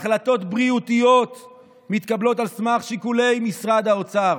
החלטות בריאותיות מתקבלות על סמך שיקולי משרד האוצר.